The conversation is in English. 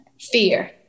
fear